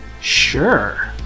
sure